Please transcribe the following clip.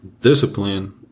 Discipline